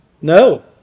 No